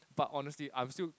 but honestly I'm still